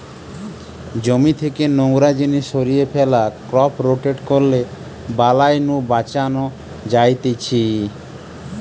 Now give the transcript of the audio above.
জমি থেকে নোংরা জিনিস সরিয়ে ফ্যালা, ক্রপ রোটেট করলে বালাই নু বাঁচান যায়তিছে